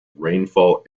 rainfall